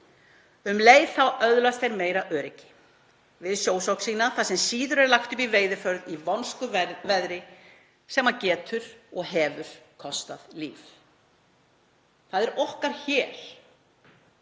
Um leið öðlast þeir meira öryggi við sjósókn sína þar sem síður er lagt upp í veiðiferð í vonskuveðri sem getur og hefur kostað líf. Það er okkar hér,